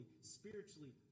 spiritually